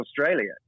Australia